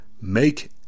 Make